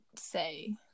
Say